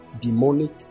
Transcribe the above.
demonic